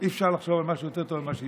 אי-אפשר לחשוב על משהו יותר טוב ממה שהצגתם.